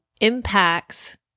impacts